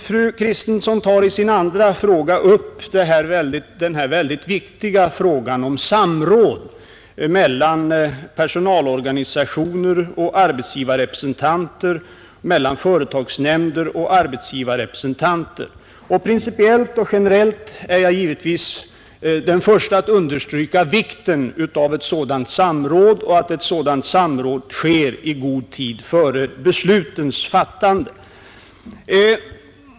Fru Kristensson tar vidare upp den viktiga frågan om samråd mellan personalorganisationer och arbetsgivarrepresentanter, mellan företagsnämnder och arbetsgivarrepresentanter. Principiellt och generellt är jag givetvis den förste att understryka vikten av att ett sådant samråd sker och att det sker i god tid före beslutens fattande.